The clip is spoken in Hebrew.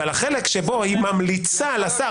אבל על החלק שבו היא ממליצה לשר,